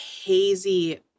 hazy